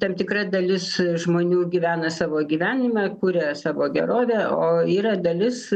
tam tikra dalis žmonių gyvena savo gyvenimą kuria savo gerovę o yra dalis